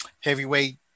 heavyweight